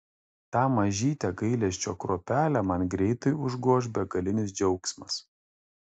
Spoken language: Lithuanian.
tą mažytę gailesčio kruopelę man greitai užgoš begalinis džiaugsmas